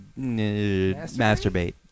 masturbate